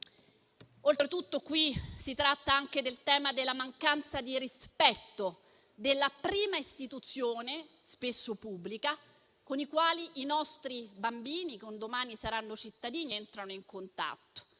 Oltretutto si tratta anche del tema della mancanza di rispetto della prima istituzione, spesso pubblica, con la quale i nostri bambini, che un domani saranno cittadini, entrano in contatto.